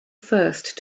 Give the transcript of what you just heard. first